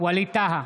ווליד טאהא,